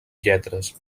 lletres